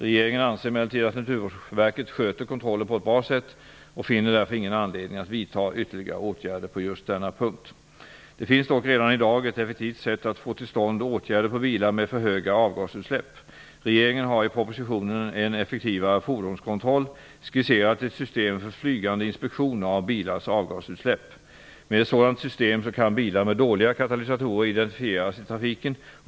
Regeringen anser emellertid att Naturvårdsverket sköter kontrollen på ett bra sätt och finner därför ingen anledning att vidta ytterligare åtgärder på just denna punkt. Det finns dock redan i dag ett effektivt sätt att få till stånd åtgärder på bilar med för höga avgasutsläpp. Regeringen har i propositionen En effektivare fordonskontroll skisserat ett system för flygande inspektioner av bilars avgasutsläpp. Med ett sådant system kan bilar med dåliga katalysatorer identifieras i trafiken.